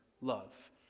love